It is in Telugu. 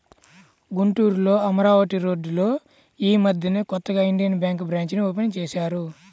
గుంటూరులో అమరావతి రోడ్డులో యీ మద్దెనే కొత్తగా ఇండియన్ బ్యేంకు బ్రాంచీని ఓపెన్ చేశారు